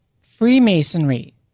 Freemasonry